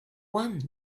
one